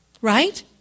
Right